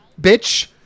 bitch